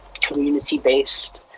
community-based